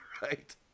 Right